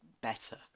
better